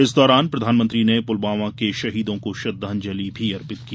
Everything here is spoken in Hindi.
इस दौरान प्रधानमंत्री ने पुलवामा के शहीदों को श्रद्धांजलि अर्पित की